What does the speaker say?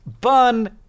bun